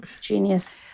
Genius